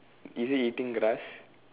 is it eating grass